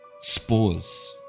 spores